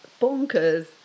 bonkers